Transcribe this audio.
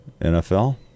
NFL